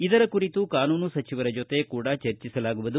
ಇದರ ಕುರಿತು ಕಾನೂನು ಸಚಿವರ ಜೊತೆ ಕೂಡಾ ಚರ್ಚಿಸಲಾಗುವುದು